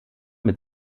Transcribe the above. mit